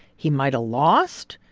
he might've lost.